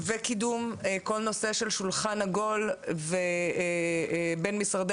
וקידום כל נושא של 'שולחן עגול' בין משרדי